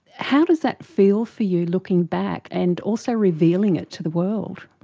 how does that feel for you, looking back, and also revealing it to the world?